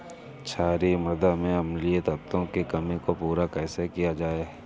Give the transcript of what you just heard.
क्षारीए मृदा में अम्लीय तत्वों की कमी को पूरा कैसे किया जाए?